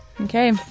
Okay